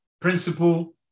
principle